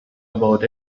about